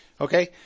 okay